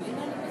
חברות וחברי